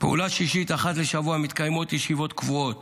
פעולה שישית, אחת לשבוע מתקיימות ישיבות קבועות